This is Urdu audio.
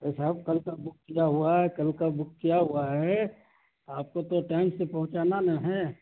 ارے صاحب کل کا بک کیا ہوا ہے کل کا بک کیا ہوا ہے آپ کو تو ٹیم سے پہنچانا نا ہے